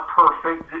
perfect